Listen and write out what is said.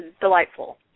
delightful